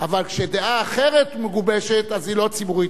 אבל כשדעה אחרת מגובשת אז היא לא ציבורית?